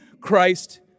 Christ